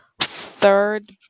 third